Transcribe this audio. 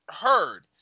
heard